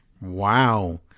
Wow